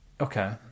Okay